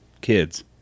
kids